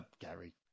Gary